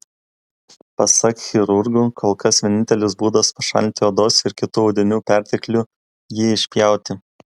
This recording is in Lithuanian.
pasak chirurgų kol kas vienintelis būdas pašalinti odos ir kitų audinių perteklių jį išpjauti